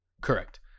Correct